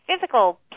physical